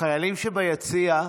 החיילים שביציע,